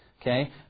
okay